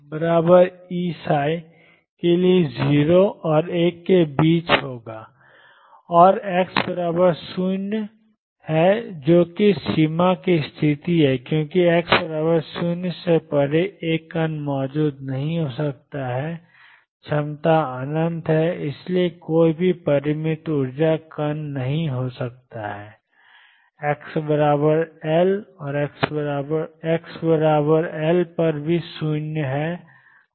और x 0 0 है जो कि सीमा की स्थिति है क्योंकि x 0 से परे एक कण मौजूद नहीं हो सकता है क्षमता अनंत है और इसलिए कोई भी परिमित ऊर्जा कण नहीं हो सकता है और x एल 0 है